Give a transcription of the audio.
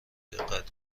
دقت